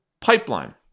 pipeline